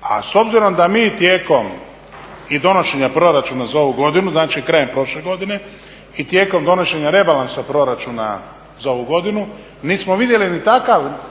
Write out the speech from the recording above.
A s obzirom da mi tijekom i donošenja proračuna za ovu godinu, znači krajem prošle godine i tijekom donošenja rebalansa proračuna za ovu godinu nismo vidjeli